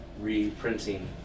reprinting